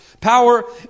Power